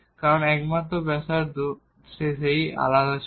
কারণ একমাত্র ব্যাসার্ধ সেই ক্ষেত্রে আলাদা ছিল